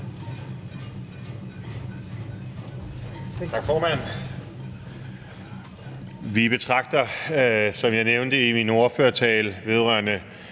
Tak, formand. Vi betragter, som jeg nævnte i min ordførertale vedrørende